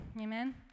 Amen